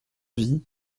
vie